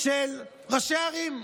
של ראשי ערים,